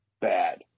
bad